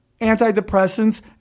antidepressants